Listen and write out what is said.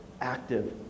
active